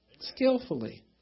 Skillfully